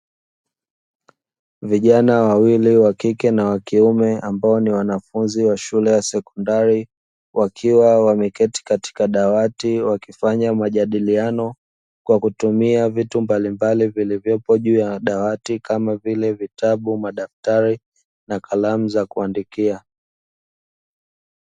Vijana wawili wa kike na wa kiume ambao ni wanafunzi wa shule ya sekondari, wakiwa wameketi katika dawati wakifanya majadiliano, wakitumia vitu mbalimbali vilivyopo juu ya dawati kama vile: vitabu, madaftari na kalamu za kuandikia.